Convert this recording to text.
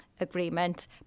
agreement